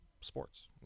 sports